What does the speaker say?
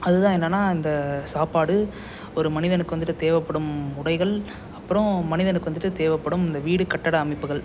அதுதான் என்னென்னால் இந்த சாப்பாடு ஒரு மனிதனுக்கு வந்துட்டு தேவைப்படும் உடைகள் அப்புறம் மனிதனுக்கு வந்துட்டு தேவைப்படும் இந்த வீடு கட்டட அமைப்புகள்